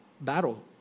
battle